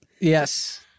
yes